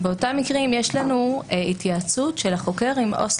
באותם מקרים יש לנו התייעצות של החוקר עם עובד